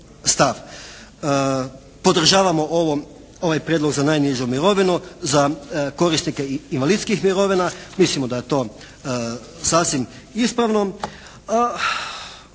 Podržavamo ovaj prijedlog za najnižu mirovinu, za korisnike invalidskih mirovina. Mislim da je to sasvim ispravno.